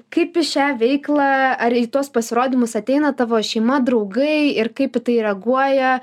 kaip į šią veiklą ar į tuos pasirodymus ateina tavo šeima draugai ir kaip į tai reaguoja